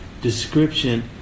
description